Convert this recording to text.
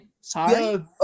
Sorry